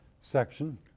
section